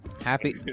happy